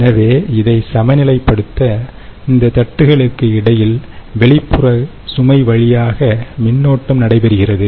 எனவே இதை சமநிலைப்படுத்த இந்த தட்டுகளுக்கு இடையில் வெளிப்புற சுமை வழியாக மின்னோட்டம் நடைபெறுகிறது